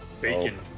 Bacon